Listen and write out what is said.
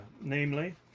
namely